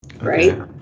right